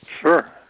Sure